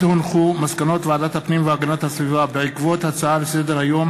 מסקנות ועדת הפנים והגנת הסביבה בעקבות דיון בהצעה לסדר-היום